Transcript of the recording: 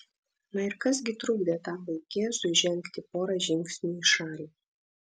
na ir kas gi trukdė tam vaikėzui žengti porą žingsnių į šalį